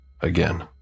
Again